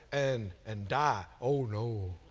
and and die. oh no.